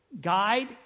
guide